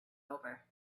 over